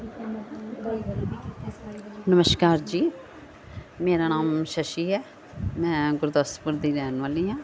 ਨਮਸਕਾਰ ਜੀ ਮੇਰਾ ਨਾਮ ਸ਼ਸ਼ੀ ਹੈ ਮੈਂ ਗੁਰਦਾਸਪੁਰ ਦੀ ਰਹਿਣ ਵਾਲੀ ਹਾਂ